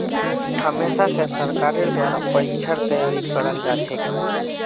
हमेशा स सरकारेर द्वारा परीक्षार तैयारी करवाल जाछेक